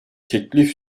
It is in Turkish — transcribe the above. teklif